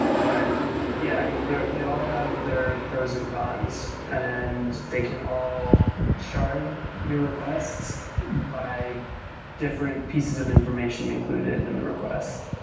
but yeah i mean they they all have their pros and cons and they can all shard your requests by different pieces of information included in the request.